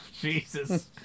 Jesus